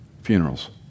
Funerals